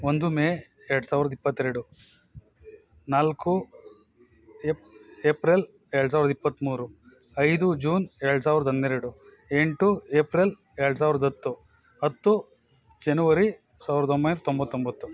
ಒಂದು ಮೇ ಎರಡು ಸಾವಿರದ ಇಪ್ಪತ್ತೆರಡು ನಾಲ್ಕು ಏಪ್ರಿಲ್ ಎರಡು ಸಾವಿರದ ಇಪ್ಪತ್ತ್ಮೂರು ಐದು ಜೂನ್ ಎರಡು ಸಾವಿರದ ಹನ್ನೆರಡು ಎಂಟು ಏಪ್ರಿಲ್ ಎರಡು ಸಾವಿರದ ಹತ್ತು ಹತ್ತು ಜನವರಿ ಸಾವಿರದ ಒಂಬೈನೂರ ತೊಂಬತ್ತೊಂಬತ್ತು